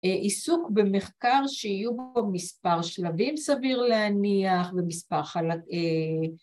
עיסוק במחקר שיהיו בו מספר שלבים סביר להניח ומספר